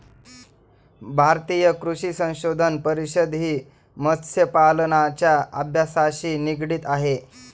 भारतीय कृषी संशोधन परिषदही मत्स्यपालनाच्या अभ्यासाशी निगडित आहे